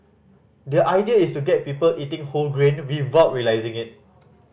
the idea is to get people eating whole grain without realising it